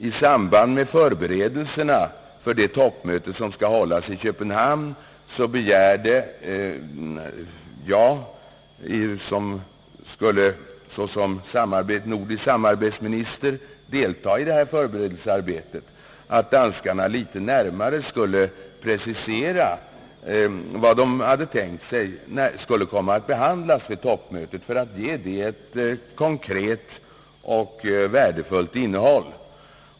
I samband med förberedelserna för det toppmöte som skall hållas i Köpenhamn begärde jag — såsom samarbetsminister deltog jag i förberedelsearbetet — att danskarna skulle närmare precisera vad de hade tänkt sig skulle behandlas vid toppmötet för att detta skulle få ett konkret och värdefullt innehåll.